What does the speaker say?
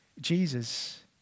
Jesus